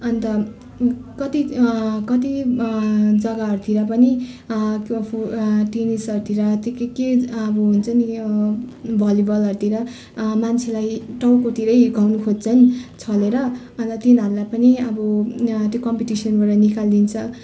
अन्त कति कति जग्गाहरूतिर पनि कम्फू टेनिसहरूतिर त्यो के के अब हुन्छ नि भलिबलहरूतिर मान्छेलाई टाउकोतिरै हिर्काउनु खोज्छ नि छलेर अन्त तिनीहरूलाई पनि अब त्यो कम्पिटिसनबाट निकालिदिन्छ